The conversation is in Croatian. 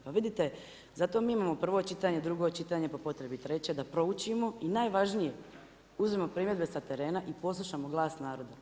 Pa vidite, zato mi imamo prvo čitanje, drugo čitanje, po potrebi treće, da proučimo i najvažnije, uzimamo primjedbe sa terena i poslušamo glas naroda.